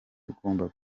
ugomba